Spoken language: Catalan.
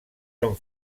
són